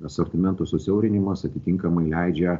asortimento susiaurinimas atitinkamai leidžia